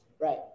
Right